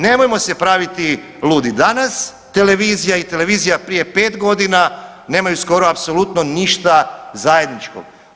Nemojmo se praviti ludi, danas televizija i televizija prije 5 godine nemaju skoro apsolutno ništa zajedničko.